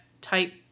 type